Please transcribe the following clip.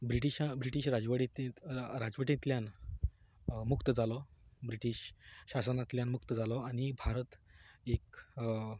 ब्रिटिशा British राडवडीती राजवटींतल्यान मुक्त जालो ब्रिटीश शासनातल्यान मुक्त जालो आनी भारत एक